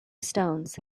stones